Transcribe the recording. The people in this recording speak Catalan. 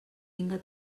vinga